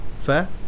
fair